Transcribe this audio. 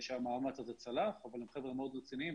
שהמאמץ הזה צלח אבל הם חבר'ה מאוד רציניים,